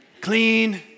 clean